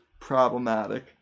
problematic